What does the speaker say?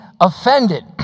offended